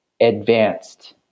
advanced